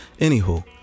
anywho